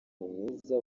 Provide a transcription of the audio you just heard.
mwiza